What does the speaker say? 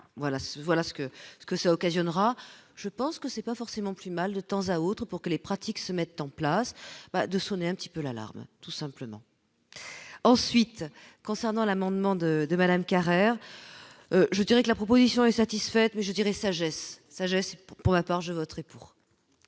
que ce que cela occasionnera je pense que c'est pas forcément plus mal de temps à autre, pour que les pratiques se mettent en place, pas de sonner, un petit peu l'alarme tout simplement ensuite concernant l'amendement de de Madame Carrère, je dirais que la proposition est satisfaite, mais je dirais sagesse sagesse pour ma part, je voterai pour.